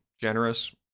generous